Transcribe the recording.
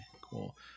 Cool